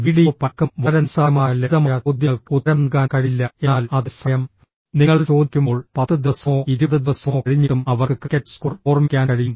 video പലർക്കും വളരെ നിസ്സാരമായ ലളിതമായ ചോദ്യങ്ങൾക്ക് ഉത്തരം നൽകാൻ കഴിയില്ല എന്നാൽ അതേ സമയം നിങ്ങൾ ചോദിക്കുമ്പോൾ 10 ദിവസമോ 20 ദിവസമോ കഴിഞ്ഞിട്ടും അവർക്ക് ക്രിക്കറ്റ് സ്കോർ ഓർമ്മിക്കാൻ കഴിയും